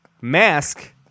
Mask